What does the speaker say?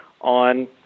on